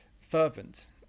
fervent